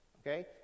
Okay